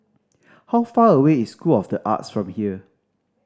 how far away is School of The Arts from here